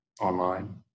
online